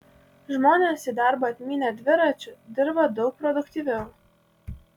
žmonės į darbą atmynę dviračiu dirba daug produktyviau